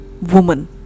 Woman